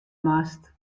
moast